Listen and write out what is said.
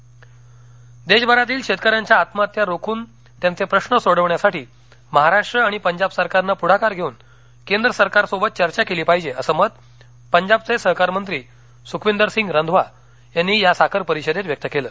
शेतकरी प्रश्न देशभरातील शेतकऱ्यांच्या आत्महत्या रोखून त्यांचे प्रश्न सोडवण्यासाठी महाराष्ट्र आणि पंजाब सरकारनं पुढाकार घेऊन केंद्र सरकारसोबत चर्चा केली पाहिजे असं मत पंजाबचे सहकारमंत्री सुखविंदरसिंग रंधवा यांनी या साखर परिषदेत व्यक्त केलं